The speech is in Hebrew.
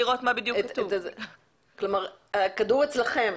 כלומר הכדור אצלכם.